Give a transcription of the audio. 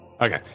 Okay